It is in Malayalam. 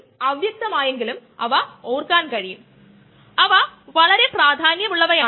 വാസ്തവത്തിൽ ഈ ആശയം വളരെ ശക്തമാണ്